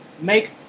make